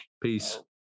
peace